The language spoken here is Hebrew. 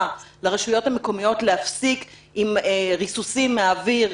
לרשויות המקומיות להפסיק עם ריסוסים מן האוויר,